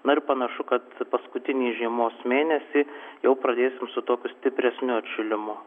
na ir panašu kad paskutinį žiemos mėnesį jau pradėsim su tokiu stipresniu atšilimu